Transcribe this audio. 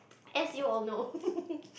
as you all know